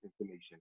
information